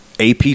AP